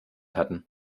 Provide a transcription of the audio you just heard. hatten